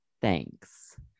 Thanks